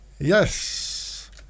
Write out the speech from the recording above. yes